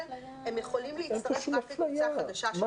אבל הם יכולים להצטרף רק לקבוצה חדשה של --- זו המשמעות,